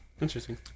Interesting